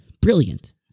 brilliant